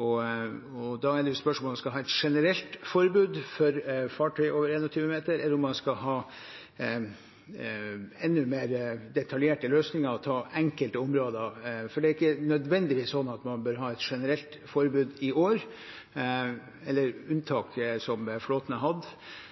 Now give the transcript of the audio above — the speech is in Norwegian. og da er det et spørsmål om vi skal ha et generelt forbud for fartøy over 21 meter, eller om man skal ha enda mer detaljerte løsninger og ta enkelte områder. Det er ikke nødvendigvis sånn at man bør ha et generelt forbud i år eller det unntaket som flåten har hatt.